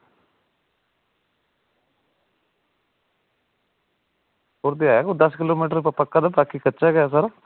कोई ऐ दस्स किलोमीटर पक्का ते बाकी कच्चा गै सर